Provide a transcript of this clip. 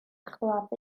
chladdu